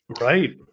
Right